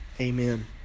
Amen